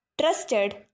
trusted